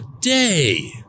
day